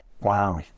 wow